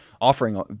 offering